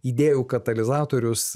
idėjų katalizatorius